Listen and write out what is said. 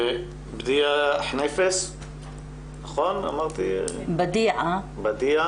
בדיעה חניפס, בבקשה.